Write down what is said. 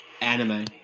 anime